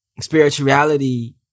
spirituality